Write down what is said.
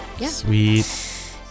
Sweet